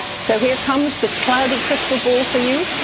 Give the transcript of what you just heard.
so here comes the cloudy crystal ball for you.